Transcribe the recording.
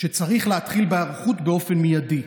שצריך להתחיל בהיערכות באופן מיידי,